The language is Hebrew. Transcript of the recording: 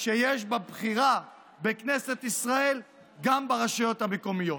שיש בבחירה בכנסת ישראל גם ברשויות המקומיות.